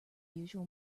usual